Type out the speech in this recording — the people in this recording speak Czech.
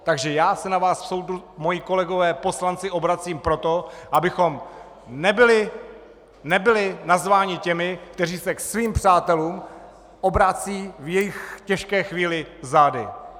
Takže já se na vás, moji kolegové poslanci, obracím proto, abychom nebyli nazváni těmi, kteří se k svým přátelům obracejí v jejich těžké chvíli zády!